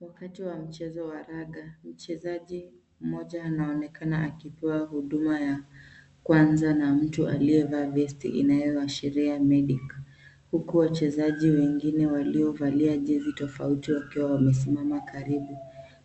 Wakati wa mchezo wa raga, mchezaji mmoja anaonekana akipewa huduma ya kwanza na mtu aliyevaa vesti inayoashiria medic huku wachezaji wengine waliovalia jezi tofauti wakiwa wamesimama karibu,